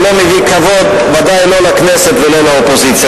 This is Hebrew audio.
זה לא מביא כבוד, ודאי לא לכנסת ולא לאופוזיציה.